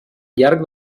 llarg